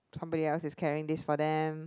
somebody else is carrying this for them